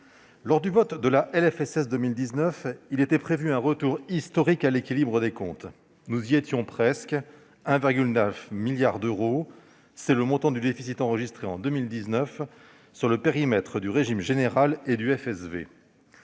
la sécurité sociale de 2019 était prévu un retour historique à l'équilibre des comptes. Nous y étions presque : 1,9 milliard d'euros, c'est le montant du déficit enregistré en 2019 sur le périmètre du régime général et du FSV,